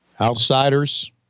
Outsiders